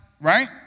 right